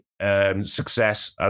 Success